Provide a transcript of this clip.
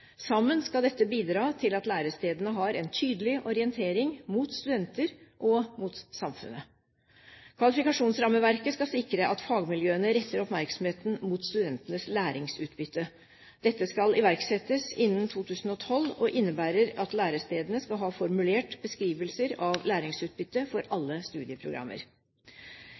Sammen skal dette bidra til at lærestedene har en tydelig orientering mot studenter og mot samfunnet. Kvalifikasjonsrammeverket skal sikre at fagmiljøene retter oppmerksomheten mot studentenes læringsutbytte. Dette skal iverksettes innen 2012 og innebærer at lærestedene skal ha formulert beskrivelser av læringsutbytte for alle studieprogrammer.